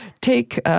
take